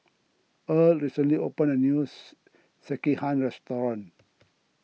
Erle recently opened a new Sekihan restaurant